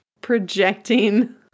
projecting